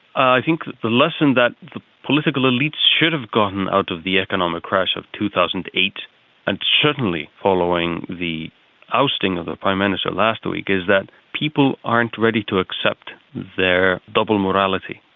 i think the lesson that the political elites should have gotten out of the economic crash of two thousand and eight and certainly following the ousting of the prime minister last week is that people aren't ready to accept their double morality,